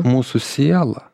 mūsų siela